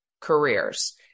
careers